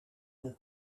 the